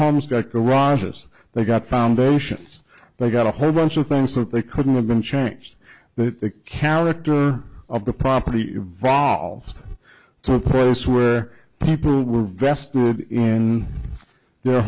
garages they got foundations they got a whole bunch of things that they couldn't have been changed the characters of the property evolved to a place where people were vested in their